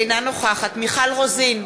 אינה נוכחת מיכל רוזין,